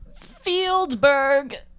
Fieldberg